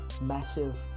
massive